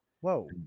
Whoa